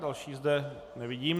Další zde nevidím.